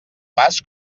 pas